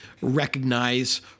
recognize